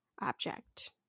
object